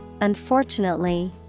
unfortunately